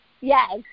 Yes